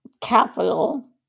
capital